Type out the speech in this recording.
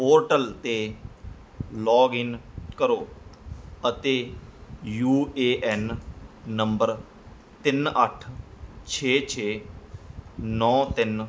portal 'ਤੇ login ਕਰੋ ਅਤੇ ਯੂ ਏ ਐਨ ਨੰਬਰ ਤਿੰਨ ਅੱਠ ਛੇ ਛੇ ਨੌਂ ਤਿੰਨ